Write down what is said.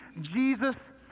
Jesus